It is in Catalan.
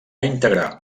integrar